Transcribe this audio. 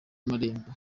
amarembo